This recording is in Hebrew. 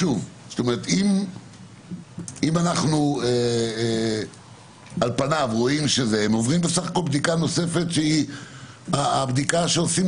הם בסך הכול עוברים בדיקה נוספת שהיא בדיקה שעושים